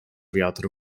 wiatr